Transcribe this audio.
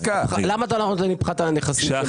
למה אתה לא נותן פחת על הנכסים?